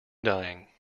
dying